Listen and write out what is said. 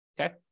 okay